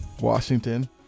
Washington